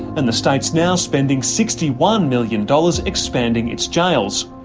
and the state's now spending sixty one million dollars expanding its jails.